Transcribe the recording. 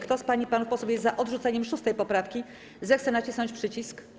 Kto z pań i panów posłów jest za odrzuceniem 6. poprawki, zechce nacisnąć przycisk.